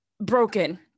broken